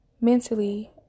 mentally